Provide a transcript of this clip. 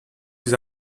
his